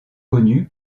connu